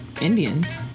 Indians